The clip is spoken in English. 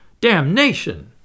Damnation